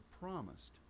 promised